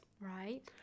Right